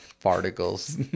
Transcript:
particles